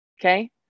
Okay